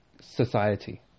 society